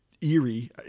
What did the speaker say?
eerie